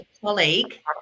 colleague